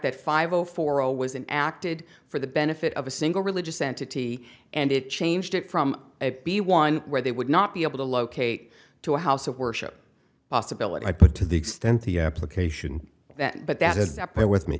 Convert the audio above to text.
that five zero four zero was in acted for the benefit of a single religious entity and it changed it from the one where they would not be able to locate to a house of worship possibility i put to the extent the application but that is that play with me